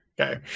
Okay